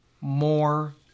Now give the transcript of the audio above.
more